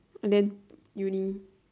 and then uni